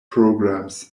programs